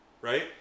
right